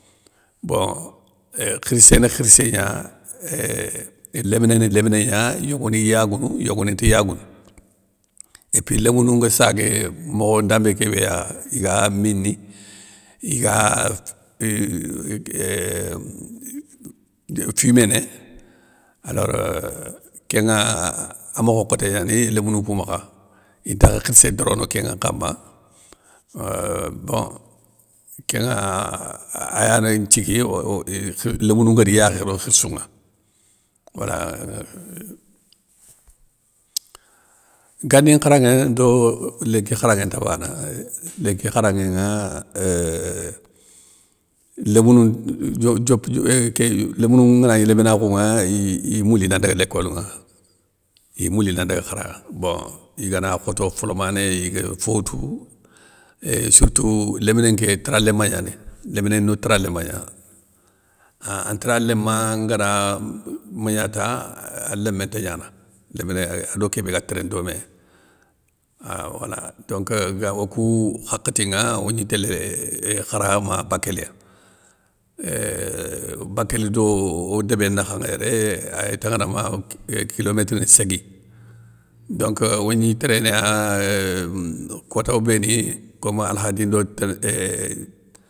Bon khirssé ni khirssé gna, euuuhh léminé ni léminé gna, yogoniy yaounou, yogoni nte yagounou, épi lémounou nga sagué, mokhon ndambé kébé ya iga mini, iga euuhh fuméné, alors euh kénŋa a mokho nkhoté gnani lémounou kou makhaintakha khirssé dorono kén nkama euuh bon kénŋa ah aya ranthigui lémounou ngari yakhé ro khirssou ŋa, wala. Gani nkharanŋé ndo lénki kharanŋé nte bana, lénki kharanŋé ŋa euuhh lémounou dio diope é ké lémounou ngana gni léminakhounŋa iy mouli na ndaga lécolouŋa, iy mouli na ndaga khara bon, igana khoto folamané iguér fotou ééh sourtou léminé nké tara léma gnanéy, léminé ndo tara léma gna, an taraléma ngana magna ta an lémé nta gnana, léminé ado kébé ga téréné domé ah wala donc ga okou hakhati ŋa ogni télé khara ma bakéli ya, éuuuh bakéli do o débé nakhanŋa yéré ay taŋana ma kilométre ni ségui, donc ogni térénéya euuh koto béni kom alkhadi ndo.